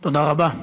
תודה רבה.